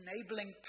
enabling